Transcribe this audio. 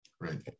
right